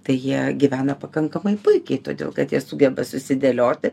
tai jie gyvena pakankamai puikiai todėl kad jie sugeba susidėlioti